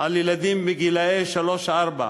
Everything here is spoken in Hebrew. על ילדים גילאי שלוש ארבע.